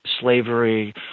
slavery